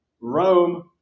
Rome